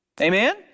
Amen